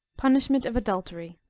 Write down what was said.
punishment of adultery.